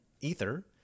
Ether